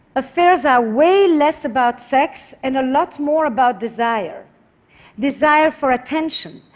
affairs are way less about sex, and a lot more about desire desire for attention,